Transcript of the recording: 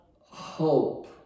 hope